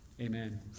Amen